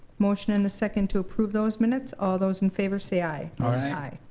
motion and a second to approve those minutes. all those in favor say aye. aye.